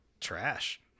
trash